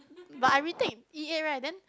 but I retake E eight right then